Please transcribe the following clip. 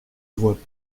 voient